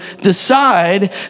decide